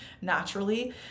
naturally